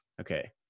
okay